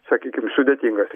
sakykim sudėtingas